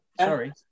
Sorry